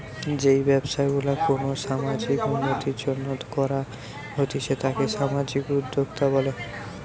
যেই ব্যবসা গুলা কোনো সামাজিক উন্নতির জন্য করা হতিছে তাকে সামাজিক উদ্যোক্তা বলে